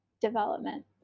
development